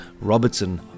Robertson